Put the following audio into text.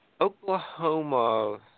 Oklahoma